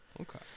Okay